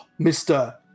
Mr